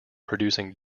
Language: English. producing